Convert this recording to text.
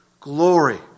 glory